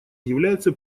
является